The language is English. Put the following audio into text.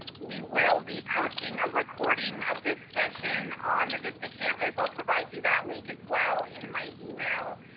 we will be posting a recording of this session on the vista campus, i'll provide you that link as well in my email.